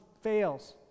fails